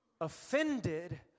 offended